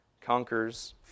conquers